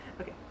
Okay